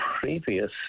previous